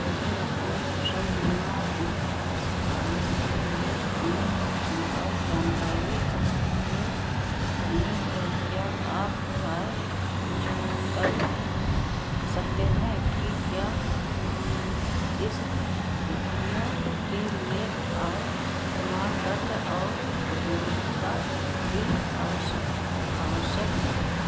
मुझे अपनी फसल बीमा पॉलिसी पालिस के लिए अपनी संपर्क जानकारी अपडेट करनी है क्या आप कृपया पुष्टि कर सकते हैं कि क्या इस प्रक्रिया के लिए आय प्रमाण पत्र और उपयोगिता बिल आवश्यक आवश्यक है